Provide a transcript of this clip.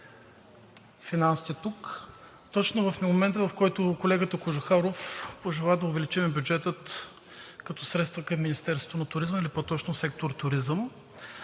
точно в момент, в който колегата Кожухаров пожела да увеличим бюджета като средства към Министерството на туризма или по-точно сектор „Туризъм“.